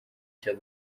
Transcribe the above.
cya